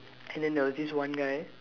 and then there was this one guy